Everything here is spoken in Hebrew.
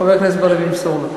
חבר כנסת בר-לב ימסור לו.